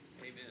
Amen